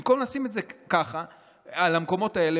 במקום לשים את זה במקומות האלה,